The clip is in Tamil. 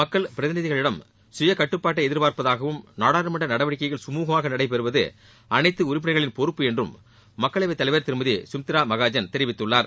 மக்கள் பிரதிநிதிகளிடம் சுய கட்டுப்பாட்டை எதிர்பார்ப்பதாகவும் நாடாளுமன்ற நடவடிக்கைகள் சமூகமாக நடைபெறுவது அனைத்து உறுப்பினர்களின் பொறுப்பு என்றும் மக்களவைத் தமைவர் திருமதி கமித்ரா மகாஜன் தெரிவித்துள்ளார்